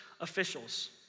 officials